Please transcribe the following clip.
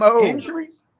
injuries